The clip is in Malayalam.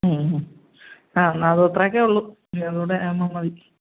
ആ എന്ന അത് അത്രയൊക്കെ ഉള്ളു അത് കൂടെ ആവുമ്പോൾ മതി